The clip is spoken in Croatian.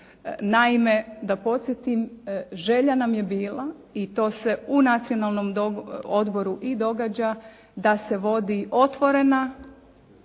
Naime, da podsjetim, željela nam je bila i to se u Nacionalnom odboru i događa da se vodi otvorena